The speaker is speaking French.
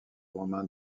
romain